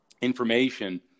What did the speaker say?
information